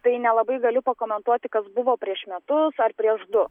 tai nelabai galiu pakomentuoti kas buvo prieš metus ar prieš du